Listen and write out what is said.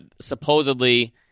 supposedly